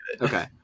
okay